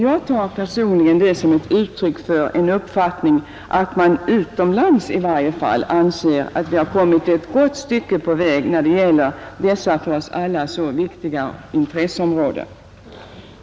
Jag tar personligen detta som ett uttryck för att man utomlands i varje fall anser att vi kommit ett gott stycke på väg när det gäller detta för oss alla så viktiga intresseområde.